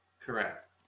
Correct